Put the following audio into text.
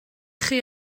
chi